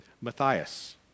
Matthias